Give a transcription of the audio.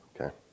okay